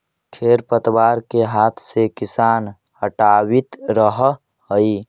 खेर पतवार के हाथ से किसान हटावित रहऽ हई